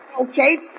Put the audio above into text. Okay